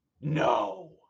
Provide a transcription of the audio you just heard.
no